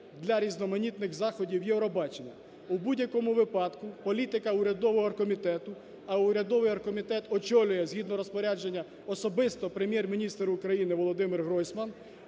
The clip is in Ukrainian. для різноманітних заходів "Євробачення". У будь-якому випадку політика урядового оргкомітету, а урядовий оргкомітет очолює згідно розпорядження особисто Прем'єр-міністр України Володимир Гройсман,